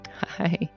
Hi